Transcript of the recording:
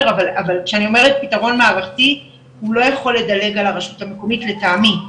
אבל שאני אומרת פתרון מערכתי הוא לא יכול לדלג על הרשות המקומית לטעמי,